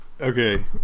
okay